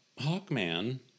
Hawkman